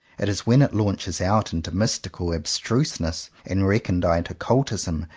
it is when it launches out into mystical ab struseness, and recondite occultism,